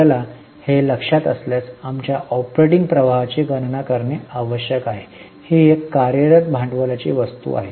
आपल्याला हे लक्षात असल्यास आमच्या ऑपरेटिंग प्रवाहाची गणना करणे आवश्यक आहे ही एक कार्यरत भांडवला ची वस्तू आहे